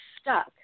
stuck